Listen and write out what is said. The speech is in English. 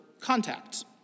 contacts